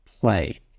play